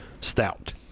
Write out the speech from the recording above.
stout